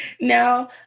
now